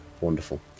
wonderful